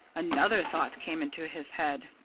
another thought came into his head.